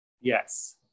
Yes